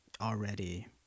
already